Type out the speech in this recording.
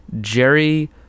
Jerry